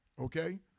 okay